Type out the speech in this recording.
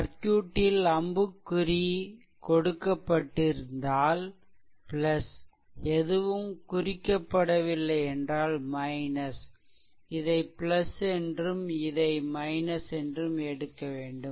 சர்க்யூட்டில் அம்புக்குறி கொடுக்கப்பட்டிருந்தால் எதுவும் குறிக்கப்படவில்லை என்றால் இதை என்றும் இதை என்றும் எடுக்க வேண்டும்